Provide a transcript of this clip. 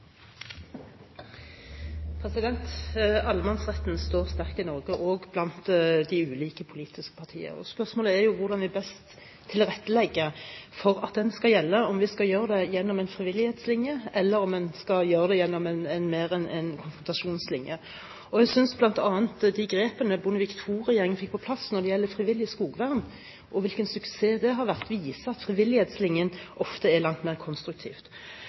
hvordan vi best tilrettelegger for at den skal gjelde, om vi skal gjøre det gjennom en frivillighetslinje, eller om en skal gjøre det mer gjennom en konfrontasjonslinje. Jeg synes bl.a. de grepene Bondevik II-regjeringen fikk på plass når det gjelder frivillig skogvern, og hvilken suksess det har vært, viser at frivillighetslinjen ofte er langt mer